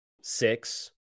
six